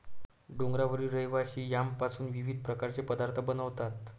डोंगरावरील रहिवासी यामपासून विविध प्रकारचे पदार्थ बनवतात